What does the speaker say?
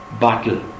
battle